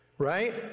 Right